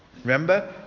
Remember